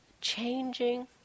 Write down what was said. Changing